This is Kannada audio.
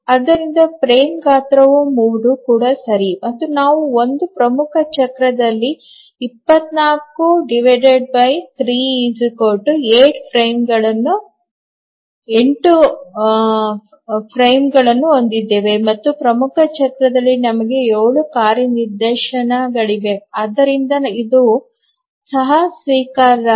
ಆದ್ದರಿಂದ ಫ್ರೇಮ್ ಗಾತ್ರ 3 ಕೂಡ ಸರಿ ಮತ್ತು ನಾವು ಒಂದು ಪ್ರಮುಖ ಚಕ್ರದಲ್ಲಿ 243 8 ಫ್ರೇಮ್ಗಳನ್ನು ಹೊಂದಿದ್ದೇವೆ ಮತ್ತು ಪ್ರಮುಖ ಚಕ್ರದಲ್ಲಿ ನಮಗೆ 7 ಕಾರ್ಯ ನಿದರ್ಶನಗಳಿವೆ ಮತ್ತು ಆದ್ದರಿಂದ ಇದು ಸಹ ಸ್ವೀಕಾರಾರ್ಹ